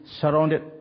surrounded